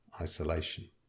isolation